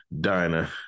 diner